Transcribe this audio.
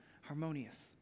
harmonious